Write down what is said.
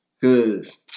Cause